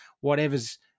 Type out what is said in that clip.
whatever's